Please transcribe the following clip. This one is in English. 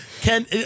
Ken